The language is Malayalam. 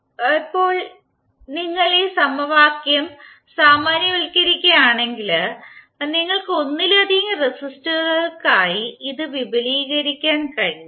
അതിനാൽ ഇപ്പോൾ നിങ്ങൾ ഈ സമവാക്യം സാമാന്യവൽക്കരിക്കുകയാണെങ്കിൽ നിങ്ങൾക്ക് ഒന്നിലധികം റെസിസ്റ്ററുകൾക്കായി ഇത് വിപുലീകരിക്കാൻ കഴിയും